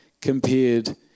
compared